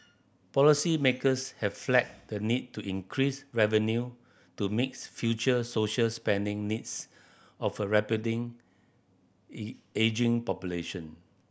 policymakers have flagged the need to increase revenue to mix future social spending needs of a ageing population